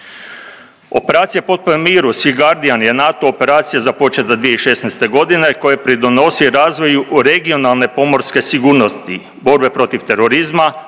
Operacija potpore miru „SEA GURARDIAN“ je NATO operacija započeta 2016. godine koja pridonosi razvoju regionalne pomorske sigurnosti borbe protiv terorizma,